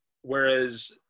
whereas